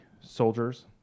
soldiers